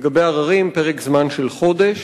ולגבי עררים, פרק זמן של חודש.